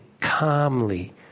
calmly